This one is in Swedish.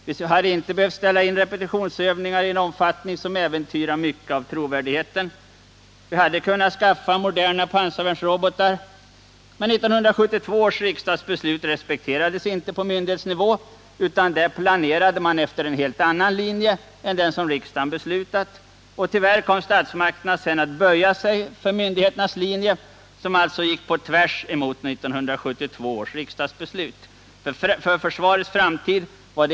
Vi hade inte behövt ställa in repetitionsövningar i en omfattning som äventyrar mycket av trovärdigheten. Vi hade kunnat skaffa moderna pansarvärnsrobotar. Men 1972 års riksdagsbeslut respekterades inte på myndighetsnivå, utan där planerade man efter en helt annan linje än den riksdagen beslutat om. Tyvärr kom statsmakterna sedan att böja sig för myndigheternas linje, som alltså gick tvärtemot 1972 års riksdagsbeslut.